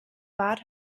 bad